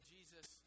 Jesus